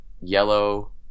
yellow